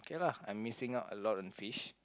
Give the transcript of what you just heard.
K lah I missing out a lot on fish